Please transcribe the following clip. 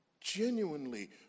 Genuinely